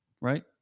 right